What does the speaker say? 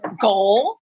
goal